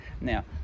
Now